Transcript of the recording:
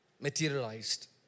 materialized